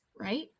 right